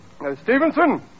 Stevenson